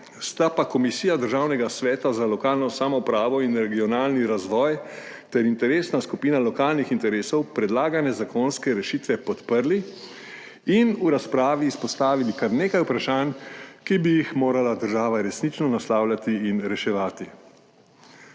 sta pa Komisija Državnega sveta za lokalno samoupravo in regionalni razvoj ter Interesna skupina lokalnih interesov predlagane zakonske rešitve podprli in v razpravi izpostavili kar nekaj vprašanj, ki bi jih morala država resnično naslavljati in reševati.